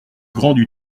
grande